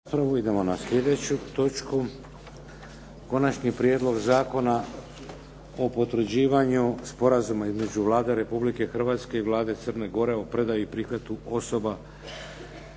Idemo na sljedeću točku - Konačni prijedlog zakona o potvrđivanju Sporazuma između Vlade Republike Hrvatske i Vlade Crne Gore o predaji i prihvatu osoba